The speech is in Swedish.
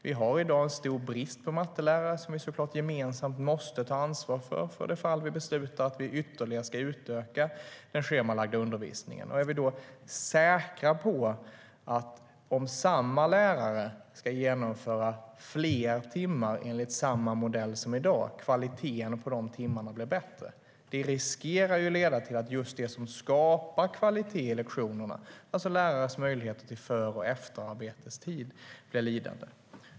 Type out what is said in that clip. Vi har i dag en stor brist på mattelärare som vi gemensamt måste ta ansvar för för det fall vi beslutar att ytterligare utöka den schemalagda undervisningen. Är vi då säkra på att kvaliteten på de timmarna blir bättre, om det är samma lärare som i dag som ska genomföra fler timmar enligt samma modell? Det riskerar ju att leda till att just det som skapar kvalitet i lektionerna, alltså lärares möjligheter till för och efterarbetestid, blir lidande.